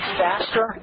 faster